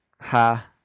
ha